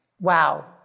Wow